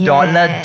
Dollar